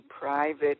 private